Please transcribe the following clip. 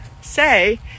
say